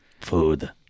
Food